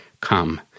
come